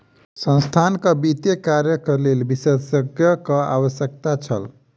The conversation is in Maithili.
संस्थानक वित्तीय कार्यक लेल विशेषज्ञक आवश्यकता छल